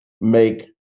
make